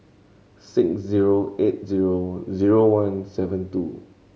six zero eight zero zero one seven two